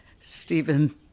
stephen